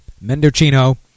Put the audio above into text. Mendocino